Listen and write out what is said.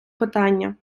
питання